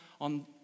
on